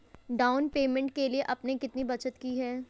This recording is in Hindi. डाउन पेमेंट के लिए आपने कितनी बचत की है?